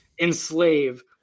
enslave